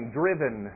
driven